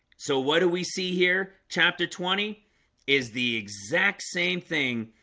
so, what do we see here chapter twenty is the exact same thing?